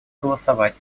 голосовать